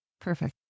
Perfect